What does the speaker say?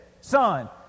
Son